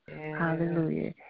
hallelujah